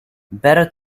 better